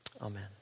Amen